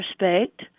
respect